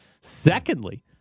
Secondly